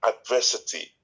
adversity